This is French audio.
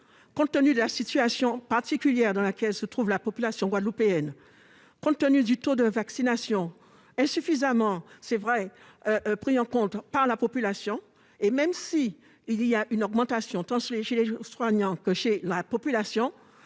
Compte tenu de la situation particulière dans laquelle se trouve la population guadeloupéenne, compte tenu du taux de vaccination insuffisamment pris en compte par la population, même si l'on note une augmentation tant chez les personnels soignants que dans la population,